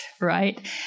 Right